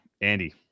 Andy